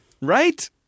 right